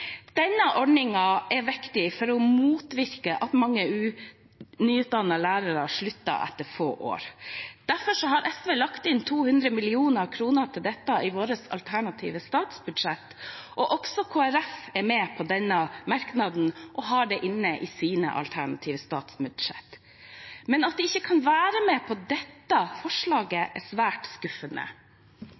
Denne ordningen er viktig for å motvirke at mange nyutdannede lærere slutter etter få år. Derfor har vi lagt inn 200 mill. kr til dette i vårt alternative statsbudsjett. Også Kristelig Folkeparti er med på denne merknaden og har det i sine alternative statsbudsjett. Men at de ikke kan være med på dette forslaget, er svært skuffende.